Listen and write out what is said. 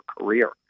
career